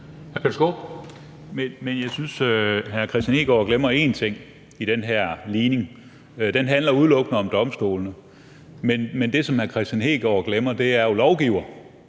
Men jeg synes, hr. Kristian Hegaard glemmer én ting i den her ligning. Den handler udelukkende om domstolene, men det, som hr. Kristian Hegaard glemmer, er lovgiver,